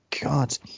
god